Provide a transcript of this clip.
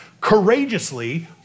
courageously